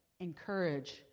encourage